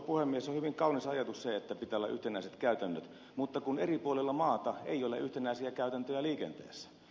on hyvin kaunis ajatus se että pitää olla yhtenäiset käytännöt mutta kun eri puolilla maata ei ole yhtenäisiä käytäntöjä liikenteessä